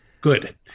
Good